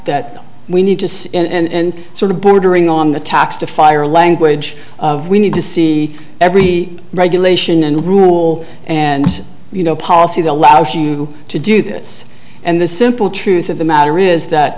that we need to see and sort of bordering on the tax to fire language of we need to see every regulation and rule and you know policy that allows you to do this and the simple truth of the matter is that